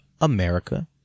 America